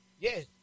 Yes